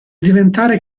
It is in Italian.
diventare